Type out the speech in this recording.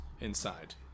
inside